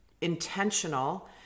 intentional